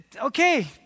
okay